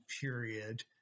period